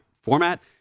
format—